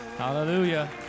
Hallelujah